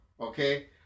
okay